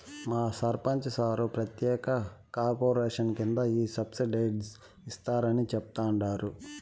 మా సర్పంచ్ సార్ ప్రత్యేక కార్పొరేషన్ కింద ఈ సబ్సిడైజ్డ్ ఇస్తారని చెప్తండారు